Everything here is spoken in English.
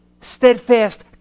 steadfast